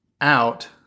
out